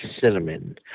cinnamon